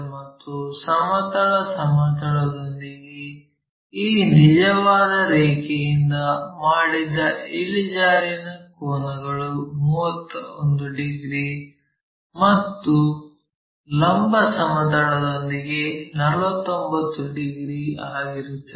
ಮತ್ತು ಸಮತಲ ಸಮತಲದೊಂದಿಗೆ ಈ ನಿಜವಾದ ರೇಖೆಯಿಂದ ಮಾಡಿದ ಇಳಿಜಾರಿನ ಕೋನಗಳು 31 ಡಿಗ್ರಿ ಮತ್ತು ಲಂಬ ಸಮತಲದೊಂದಿಗೆ 49 ಡಿಗ್ರಿ ಆಗಿರುತ್ತದೆ